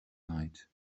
night